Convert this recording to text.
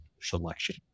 selection